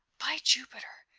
by jupiter,